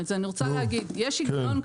יש היגיון,